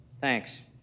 Thanks